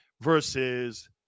versus